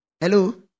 Hello